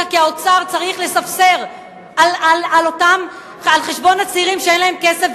כי האוצר צריך לספסר על חשבון הצעירים שאין להם כסף,